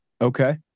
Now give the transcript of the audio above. Okay